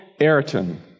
Ayrton